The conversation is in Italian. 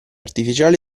artificiale